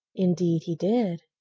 indeed he did,